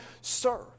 serve